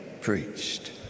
preached